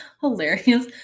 hilarious